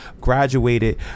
graduated